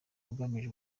ugamije